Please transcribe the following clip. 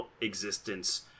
existence